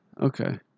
Okay